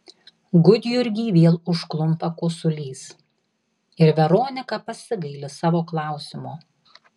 gudjurgį vėl užklumpa kosulys ir veronika pasigaili savo klausimo